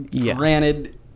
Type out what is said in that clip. granted